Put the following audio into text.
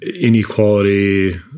inequality